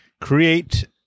create